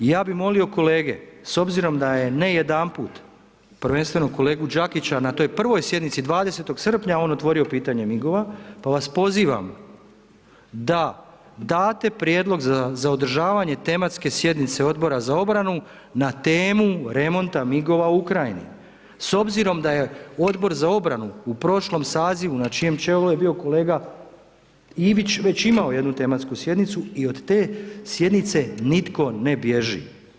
Ja bi molio kolege s obzirom da je, ne jedanput, prvenstveno kolegu Đakića, na toj prvoj sjednici 20. srpnja, on otvorio pitanje migova, pa vas pozivam da date prijedlog za održavanje tematske sjednice Odbora za obranu na temu remonta migova u Ukrajini s obzirom da je Odbor za obranu u prošlom sazivu na čijem čelu je bio kolega Ivić, već imao jednu tematsku sjednicu i od te sjednice nitko ne bježi.